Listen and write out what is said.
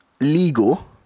legal